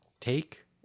take